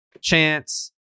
Chance